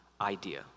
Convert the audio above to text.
idea